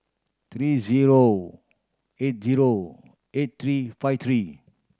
three zero eight zero eight three five three